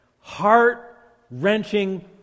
heart-wrenching